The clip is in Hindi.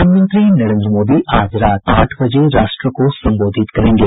प्रधानमंत्री नरेन्द्र मोदी आज रात आठ बजे राष्ट्र को संबोधित करेंगे